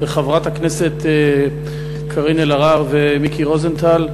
וחברת הכנסת קארין אלהרר ומיקי רוזנטל,